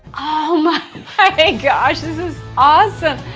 oh my gosh this is awesome.